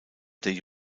der